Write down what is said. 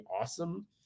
awesome